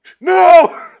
No